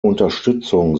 unterstützung